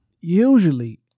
usually